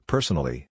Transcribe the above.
Personally